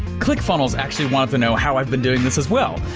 clickfunnels actually wants to know how i've been doing this as well.